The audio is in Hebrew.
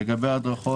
לגבי הדרכות